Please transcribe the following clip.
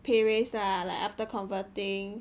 pay raise lah like after converting